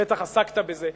בטח עסקת בזה,